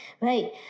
Right